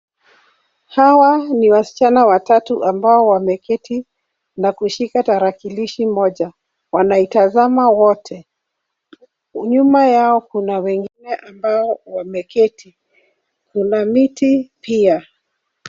Hawa ni wasichana watatu ambao wameketi na kushika tarakilishi moja, wanaitazama wote. Nyuma yao kuna wengine ambao wameketi. Kuna miti pia.